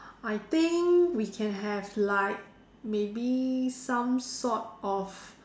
I think we can have like maybe some sort of